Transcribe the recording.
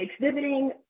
exhibiting